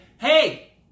hey